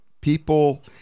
people